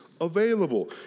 available